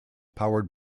powered